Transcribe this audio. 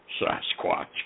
Sasquatch